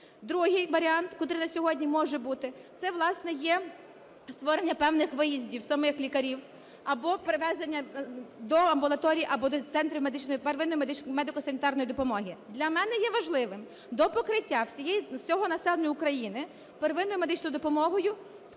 Другий варіант, котрий на сьогодні може бути, це, власне, є створення певних виїздів самих лікарів або перевезення до амбулаторій, або до центрів первинної медико-санітарної допомоги. Для мене є важливим допокриття всього населення України первинною медичною допомогою